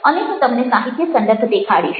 અને હું તમને સાહિત્ય સંદર્ભ દેખાડીશ